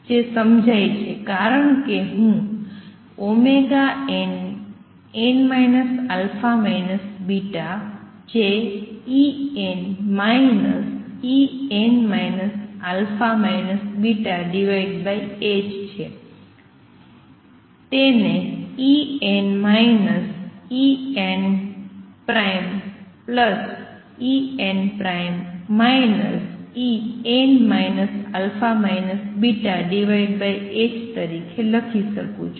જે સમજાય છે કારણ કે હું nn α β જે En En α βℏ છે તેને En EnEn En α βℏ તરીકે લખી શકું છું